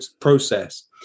process